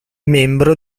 membro